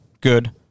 Good